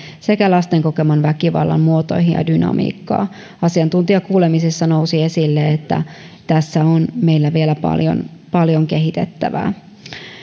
sekä lasten kokeman väkivallan muotoihin ja dynamiikkaan asiantuntijakuulemisissa nousi esille että tässä on meillä vielä paljon paljon kehitettävää